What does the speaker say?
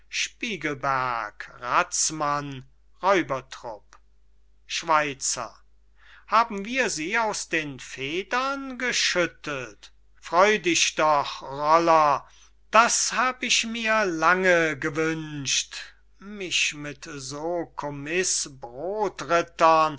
spiegelberg razmann räubertrupp schweizer haben wir sie aus den federn geschüttelt freu dich doch roller das hab ich mir lange gewünscht mich mit so